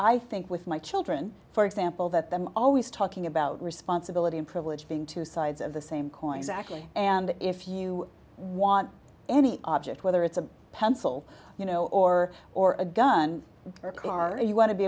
i think with my children for example that them always talking about responsibility and privilege being two sides of the same coin exactly and if you want any object whether it's a pencil you know or or a gun or a car you want to be